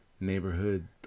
neighborhood